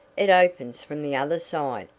it opens from the other side.